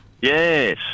Yes